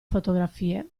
fotografie